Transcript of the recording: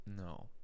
No